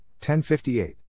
1058